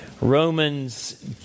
Romans